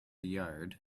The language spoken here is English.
yard